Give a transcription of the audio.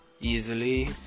easily